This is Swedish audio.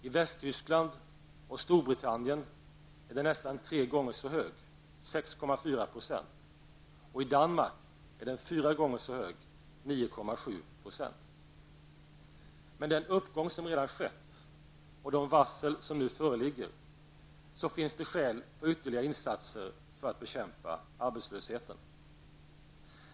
I Västtyskland och Storbritannien är den nästan tre gånger så hög, 6,4 %, och i Danmark är den fyra gånger så hög, 9,7 %. Med den uppgång som redan skett och de varsel som nu föreligger så finns det skäl för ytterligare insatser för att bekämpa arbetslösheten.